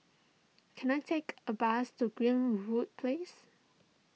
can I take a bus to Greenwood Place